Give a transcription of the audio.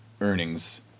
earnings